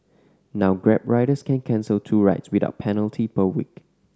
now Grab riders can cancel two rides without penalty per week